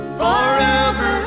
forever